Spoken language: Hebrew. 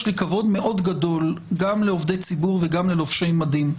יש לי כבוד מאוד גדול גם לעובדי ציבור וגם ללובשי מדים,